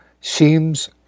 seems